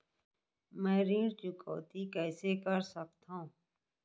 मैं ऋण चुकौती कइसे कर सकथव?